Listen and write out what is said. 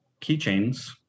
keychains